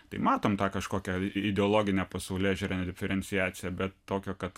tai matom tą kažkokią ideologinę pasaulėžiūrinę diferenciaciją bet tokio kad